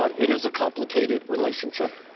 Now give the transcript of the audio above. it is a complicated relationship.